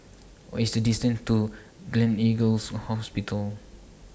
What IS The distance to Gleneagles Hospital